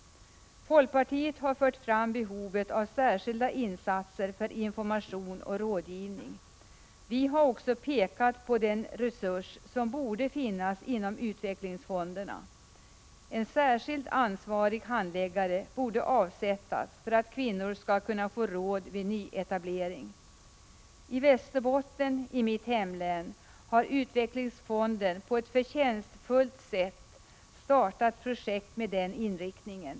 Folkpartiet har pekat på behovet av särskilda insatser för information och rådgivning. Vi har också pekat på den resurs som borde finnas inom utvecklingsfonderna. En särskilt ansvarig handläggare borde tillsättas för att kvinnor skall kunna få råd vid nyetablering. I Västerbotten — mitt hemlän — har utvecklingsfonden på ett förtjänstfullt sätt startat projekt med den inriktningen.